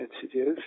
sensitive